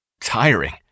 tiring